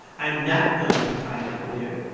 i'm not going to climb up there,